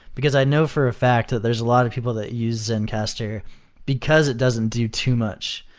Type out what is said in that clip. because i know for a fact that there's a lot of people that you zencastr because it doesn't do too much.